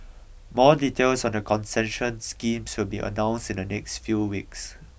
more details on the concession schemes so be announced in the next few weeks